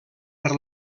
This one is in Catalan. per